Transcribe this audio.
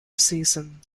season